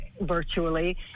virtually